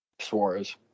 Suarez